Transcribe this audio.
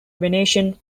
venetian